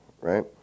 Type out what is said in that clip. right